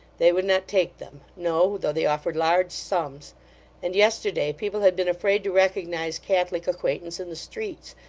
they would not take them, no, though they offered large sums and yesterday, people had been afraid to recognise catholic acquaintance in the streets,